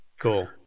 Cool